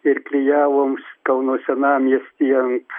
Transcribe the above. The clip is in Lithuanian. ir klijavom kauno senamiestyje ant